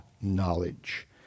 knowledge